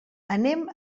anem